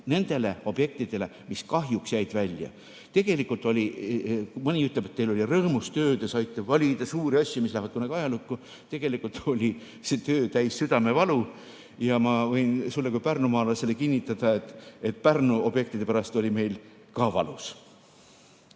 nendele objektidele, mis kahjuks jäid välja. Mõni ütleb, et teil oli rõõmus töö ja saite valida suuri asju, mis lähevad kunagi ajalukku. Tegelikult oli see töö täis südamevalu, ja ma võin sulle kui pärnumaalasele kinnitada, et Pärnu objektide pärast oli meil ka valus.